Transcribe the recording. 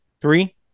Three